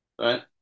right